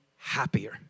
happier